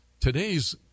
today's